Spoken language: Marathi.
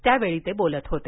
त्यावेळी ते बोलत होते